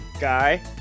guy